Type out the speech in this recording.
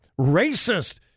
racist